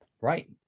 Right